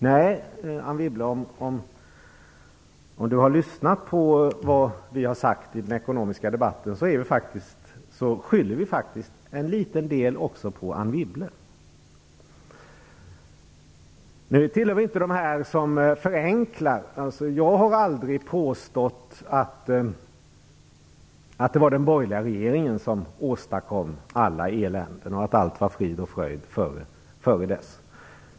Men om hon har lyssnat på vad vi har sagt i den ekonomiska debatten, så vet hon att vi faktiskt också skyller en liten del på henne själv. Vi tillhör inte dem som förenklar; jag har aldrig påstått att det var den borgerliga regeringen som åstadkom allt elände, och att allt var frid och fröjd dessförinnan.